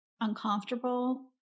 uncomfortable